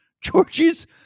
Georgie's